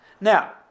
Now